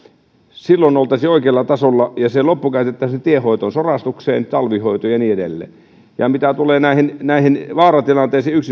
silloin oltaisiin oikealla tasolla ja se loppu käytettäisiin tienhoitoon sorastukseen talvihoitoon ja niin edelleen mitä tulee näihin näihin vaaratilanteisiin